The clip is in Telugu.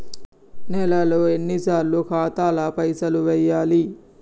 నెలలో ఎన్నిసార్లు ఖాతాల పైసలు వెయ్యాలి?